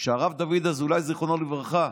כשהרב דוד אזולאי, זיכרונו לברכה,